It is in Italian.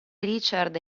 richard